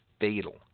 fatal